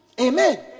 Amen